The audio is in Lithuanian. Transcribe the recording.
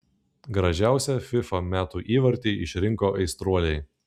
gražiausią fifa metų įvartį išrinko aistruoliai